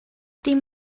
dim